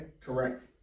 Correct